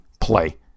play